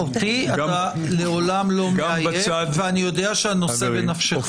אותי אתה לעולם לא מעייף, ואני יודע שהנושא בנפשך.